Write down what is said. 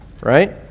right